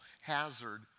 hazard